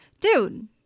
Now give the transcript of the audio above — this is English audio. dude